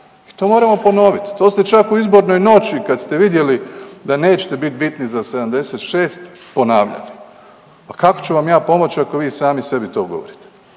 to moramo ponoviti, to ste čak u izbornoj noći kad ste vidjeli da nećete biti bitni za 76 ponavljate, pa kako ću vam ja pomoći ako vi sami sebi to govorite.